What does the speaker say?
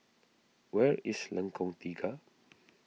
where is Lengkong Tiga